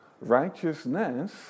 Righteousness